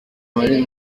muri